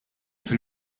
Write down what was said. fil